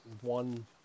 one